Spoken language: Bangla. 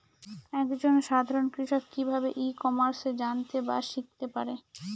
এক জন সাধারন কৃষক কি ভাবে ই কমার্সে জানতে বা শিক্ষতে পারে?